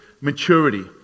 maturity